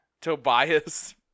Tobias